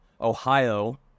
Ohio